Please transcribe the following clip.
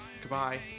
Goodbye